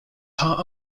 part